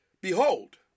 Behold